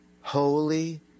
holy